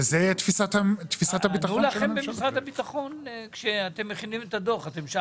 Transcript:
וזו תפיסת הביטחון של הממשלה.